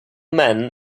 man